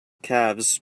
calves